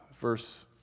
verse